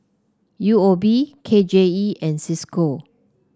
U O B K J E and Cisco